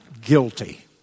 guilty